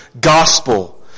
gospel